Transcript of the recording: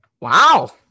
Wow